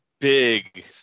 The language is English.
big